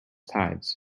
tides